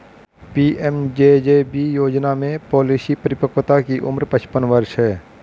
PMJJB योजना में policy परिपक्वता की उम्र पचपन वर्ष है